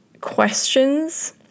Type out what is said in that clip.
questions